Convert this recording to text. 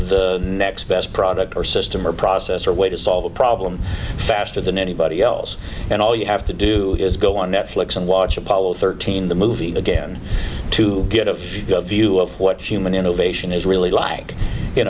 the next best product or system or process or way to solve a problem faster than anybody else and all you have to do is go on netflix and watch apollo thirteen the movie again to get a good view of what human innovation is really like you